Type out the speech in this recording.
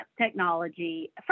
technology